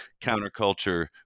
counterculture